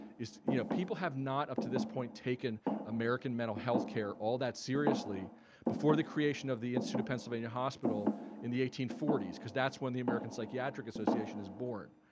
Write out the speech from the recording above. is you know people have not up to this point taken american mental health care all that seriously before the creation of the institute of pennsylvania hospital in the eighteen forty s because that's when the american psychiatric association is born.